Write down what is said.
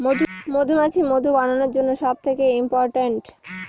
মধুমাছি মধু বানানোর জন্য সব থেকে ইম্পোরট্যান্ট